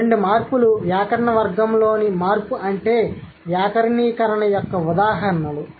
కాబట్టి రెండు మార్పులు వ్యాకరణ వర్గంలోని మార్పు అంటే వ్యాకరణీకరణ యొక్క ఉదాహరణలు